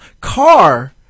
Car